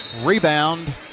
Rebound